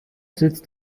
sitzt